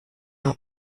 not